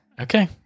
Okay